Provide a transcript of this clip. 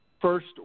first